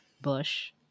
Bush